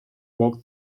woke